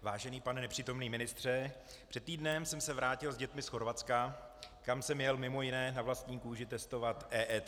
Vážený pane nepřítomný ministře, před týdnem jsem se vrátil s dětmi z Chorvatska, kam jsem jel mimo jiné na vlastní kůži testovat EET.